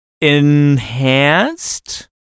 enhanced